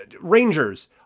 Rangers